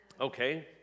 Okay